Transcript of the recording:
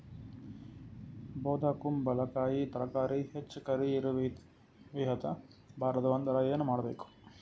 ಬೊದಕುಂಬಲಕಾಯಿ ತರಕಾರಿ ಹೆಚ್ಚ ಕರಿ ಇರವಿಹತ ಬಾರದು ಅಂದರ ಏನ ಮಾಡಬೇಕು?